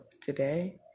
today